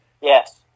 Yes